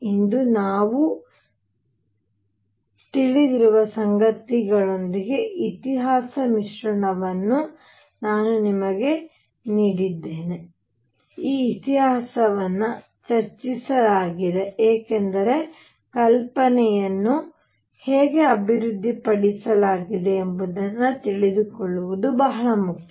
ಇಂದು ನಾವು ತಿಳಿದಿರುವ ಸಂಗತಿಗಳೊಂದಿಗೆ ಇತಿಹಾಸದ ಮಿಶ್ರಣವನ್ನು ನಾನು ನಿಮಗೆ ನೀಡಿದ್ದೇನೆ ಈ ಇತಿಹಾಸವನ್ನು ಚರ್ಚಿಸಲಾಗಿದೆ ಏಕೆಂದರೆ ಕಲ್ಪನೆಯನ್ನು ಹೇಗೆ ಅಭಿವೃದ್ಧಿಪಡಿಸಲಾಗಿದೆ ಎಂಬುದನ್ನು ತಿಳಿದುಕೊಳ್ಳುವುದು ಬಹಳ ಮುಖ್ಯ